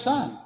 Son